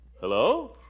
Hello